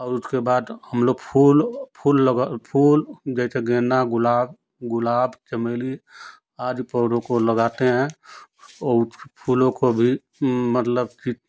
और उसके बाद हम लोग फूल फूल लग फूल जैसे गेंदा गुलाब गुलाब चमेली आदि पौधों को लगाते हैं और फूलों को भी मतलब कि